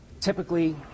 Typically